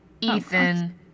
Ethan